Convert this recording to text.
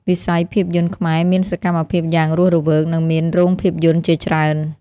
វិស័យភាពយន្តខ្មែរមានសកម្មភាពយ៉ាងរស់រវើក និងមានរោងភាពយន្តជាច្រើន។